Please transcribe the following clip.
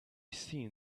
seen